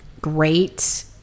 great